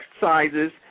sizes